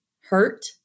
hurt